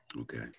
okay